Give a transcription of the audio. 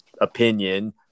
opinion